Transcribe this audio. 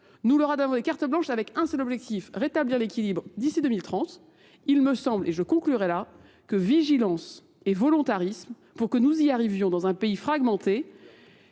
Nous leur avons donné carte blanche avec un seul objectif, rétablir l'équilibre d'ici 2030. Il me semble, et je conclurai là, que vigilance et volontarisme pour que nous y arrivions dans un pays fragmenté